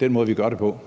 den måde, vi gør det på?